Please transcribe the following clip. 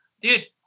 Dude